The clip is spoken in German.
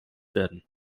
werden